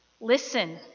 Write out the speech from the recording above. Listen